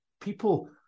People